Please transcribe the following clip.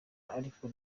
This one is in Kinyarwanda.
ariko